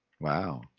Wow